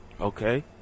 Okay